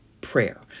prayer